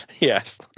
Yes